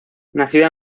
nacida